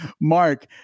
mark